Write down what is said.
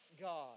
God